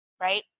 right